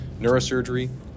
neurosurgery